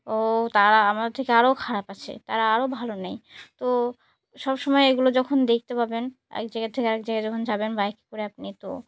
ও তারা আমাদের থেকে আরও খারাপ আছে তারা আরও ভালো নেই তো সব সমময় এগুলো যখন দেখতে পাবেন এক জায়গা থেকে আরক জায়গায় যখন যাবেন বাইকে করে আপনি তো